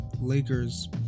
Lakers